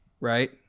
right